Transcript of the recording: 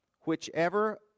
whichever